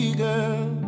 girl